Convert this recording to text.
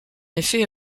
effet